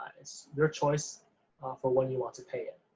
and it's your choice for when you want to pay it.